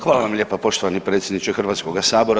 Hvala vam lijepa poštovani predsjedniče Hrvatskoga sabora.